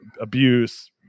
abuse